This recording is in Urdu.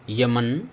یمن